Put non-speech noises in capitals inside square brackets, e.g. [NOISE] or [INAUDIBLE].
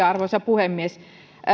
[UNINTELLIGIBLE] arvoisa puhemies